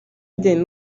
ajyanye